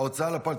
ההוצאה לפועל,